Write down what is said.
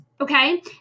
Okay